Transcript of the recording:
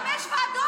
אני בחמש ועדות.